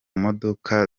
modoka